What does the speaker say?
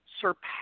surpass